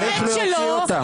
האמת היא שלא.